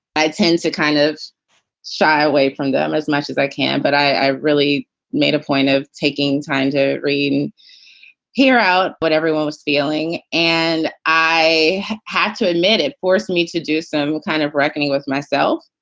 i tend to kind of shy away from them as much as i can. but i really made a point of taking time to read and hear out what but everyone was feeling. and i had to admit it forced me to do some kind of reckoning with myself.